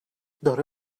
داره